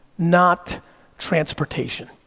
not transportation.